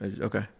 okay